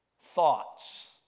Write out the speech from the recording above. thoughts